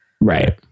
Right